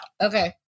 Okay